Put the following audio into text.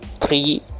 three